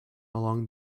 along